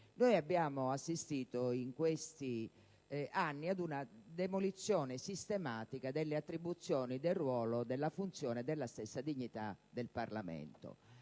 abbiamo assistito in questi anni ad una demolizione sistematica delle attribuzioni, del ruolo, della funzione e della stessa dignità del Parlamento,